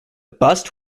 bust